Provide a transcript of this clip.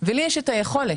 ולי יש את היכולת.